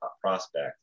prospect